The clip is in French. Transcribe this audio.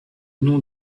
nom